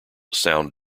sound